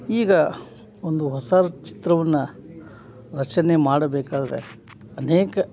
ಈಗ ಒಂದು ಹೊಸ ಚಿತ್ರವನ್ನು ರಚನೆ ಮಾಡಬೇಕಾದರೆ ಅನೇಕ